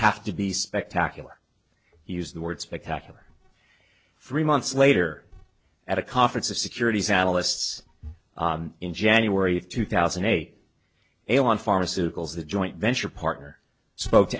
have to be spectacular use the word spectacular three months later at a conference of securities analysts in january two thousand and eight alun pharmaceuticals the joint venture partner spoke to